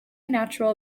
natural